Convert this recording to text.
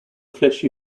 fleshy